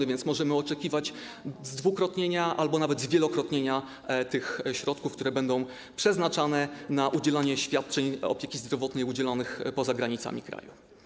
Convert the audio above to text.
A więc możemy oczekiwać zdwukrotnienia albo nawet zwielokrotnienia środków, które będą przeznaczane na udzielanie świadczeń opieki zdrowotnej udzielonych poza granicami kraju.